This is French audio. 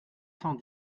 cent